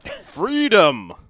Freedom